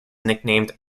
nicknamed